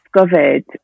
discovered